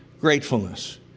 gratefulness